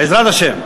בעזרת השם.